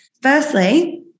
Firstly